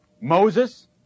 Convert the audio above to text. Moses